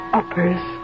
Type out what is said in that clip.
uppers